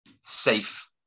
safe